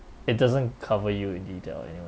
it doesn't cover you in detail you know